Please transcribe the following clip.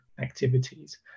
activities